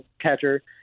catcher